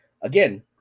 again